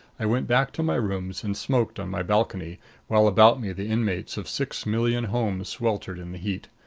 i went back to my rooms and smoked on my balcony while about me the inmates of six million homes sweltered in the heat.